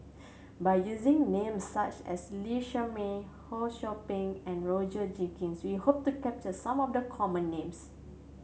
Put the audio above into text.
by using names such as Lee Shermay Ho Sou Ping and Roger Jenkins we hope to capture some of the common names